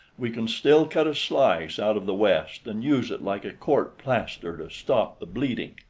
we can still cut a slice out of the west and use it like court-plaster to stop the bleeding.